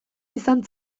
izan